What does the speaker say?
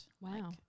Wow